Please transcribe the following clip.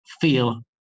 feel